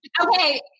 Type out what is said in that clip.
Okay